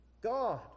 God